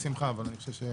אז בשמחה אבל אני חושב...